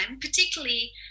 particularly